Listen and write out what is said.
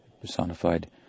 personified